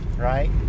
Right